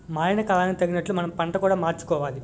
మారిన కాలానికి తగినట్లు మనం పంట కూడా మార్చుకోవాలి